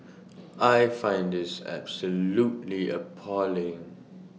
I find this absolutely appalling